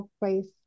place